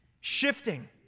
shifting